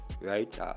right